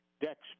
Dex